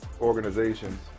organizations